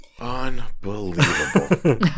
Unbelievable